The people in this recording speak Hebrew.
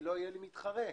לא יהיה לי מתחרה.